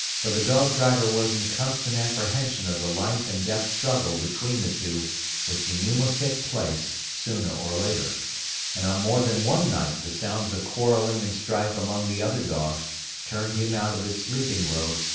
for the dog-driver was in constant apprehension of the life-and-death struggle between the two which he knew must take place sooner or later and on more than one night the sounds of quarrelling and strife among the other dogs turned him out of his sleeping robe,